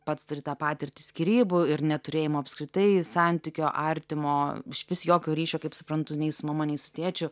pats turi tą patirtį skyrybų ir neturėjimo apskritai santykio artimo išvis jokio ryšio kaip suprantu nei su mama nei su tėčiu